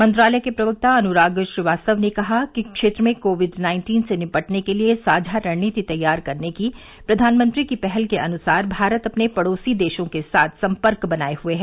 मंत्रालय के प्रवक्ता अनुराग श्रीवास्तव ने कल कहा कि क्षेत्र में कोविड नाइन्टीन से निपटने के लिए साझा रणनीति तैयार करने की प्रधानमंत्री की पहल के अनुसार भारत अपने पड़ोसी देशों के साथ संपर्क बनाए हुए है